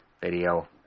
video